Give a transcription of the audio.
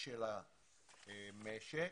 של המשק.